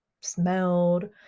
smelled